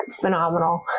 phenomenal